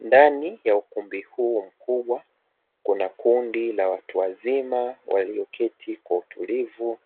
Ndani ya ukumbi huu mkubwa kuna kundi la watu wazima walioketi kwa utulivu,